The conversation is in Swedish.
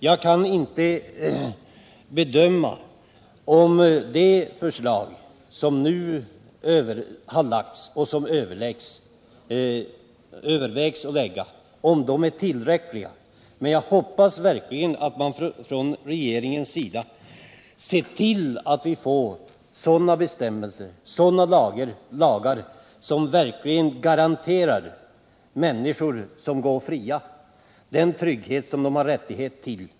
Jag kan inte bedöma om de förslag som nu övervägs kommer att lösa problemen, men jag hoppas att regeringen ser till att vi får lagar och, bestämmelser, som verkligen garanterar människor-som går fria den trygghet som de har rättighet till.